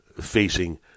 facing